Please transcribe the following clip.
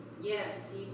Yes